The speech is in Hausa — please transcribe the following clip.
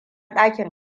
dakin